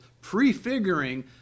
prefiguring